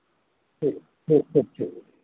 ठीक ठीक ओके